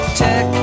tech